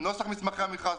נוסח מסמכי המכרז,